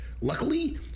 Luckily